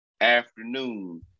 afternoon